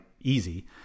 easy